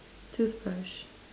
toothbrush